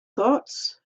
thoughts